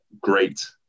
great